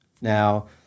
Now